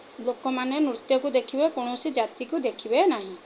ଲୋକମାନେ ନୃତ୍ୟକୁ ଦେଖିବେ କୌଣସି ଜାତିକୁ ଦେଖିବେ ନାହିଁ